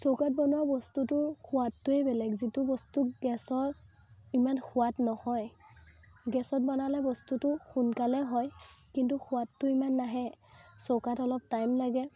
চৌকাত বনোৱা বস্তুটোৰ সোৱাদটোৱেই বেলেগ যিটো বস্তু গেছৰ ইমান সোৱাদ নহয় গেছত বনালে বস্তুটো সোনকালে হয় কিন্তু সোৱাদটো ইমান নাহে চৌকাত অলপ টাইম লাগে